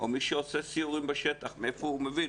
או מי שעושה סיורים בשטח, מאיפה הוא מבין?